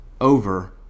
over